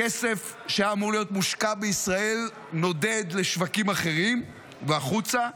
כסף שהיה אמור להיות מושקע בישראל נודד לשווקים אחרים והחוצה,